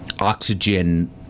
oxygen